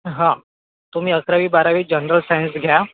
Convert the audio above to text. तुम्ही अकरावी बारावी जनरल सायन्स घ्या